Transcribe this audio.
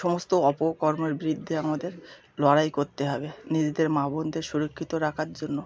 সমস্ত অপকর্মের বিরিদ্ধে আমাদের লড়াই করতে হবে নিজেদের মা বোনদের সুরক্ষিত রাখার জন্য